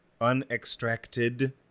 unextracted